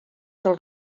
del